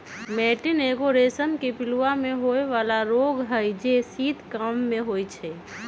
मैटीन एगो रेशम के पिलूआ में होय बला रोग हई जे शीत काममे होइ छइ